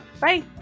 Bye